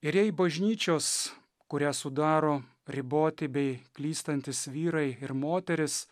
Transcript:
ir jei bažnyčios kurią sudaro riboti bei klystantys vyrai ir moterys